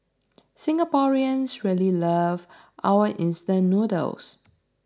Singaporeans really love our instant noodles